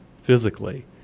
physically